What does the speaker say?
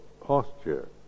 posture